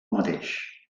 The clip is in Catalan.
mateix